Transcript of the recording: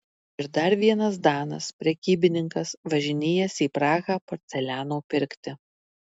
ir dar vienas danas prekybininkas važinėjęs į prahą porceliano pirkti